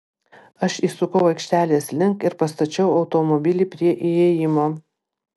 aš įsukau aikštelės link ir pastačiau automobilį prie įėjimo